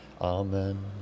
Amen